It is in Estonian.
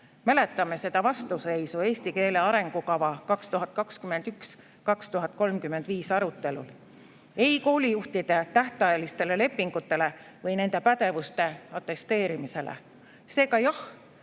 Mäletame seda vastuseisu "Eesti keele arengukava 2021–2035" arutelul. Ei koolijuhtide tähtajalistele lepingutele või nende pädevuse atesteerimisele! Seega jah